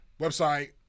website